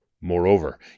Moreover